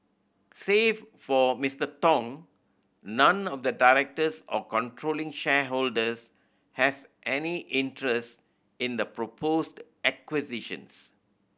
save for Mister Tong none of the directors or controlling shareholders has any interest in the proposed acquisitions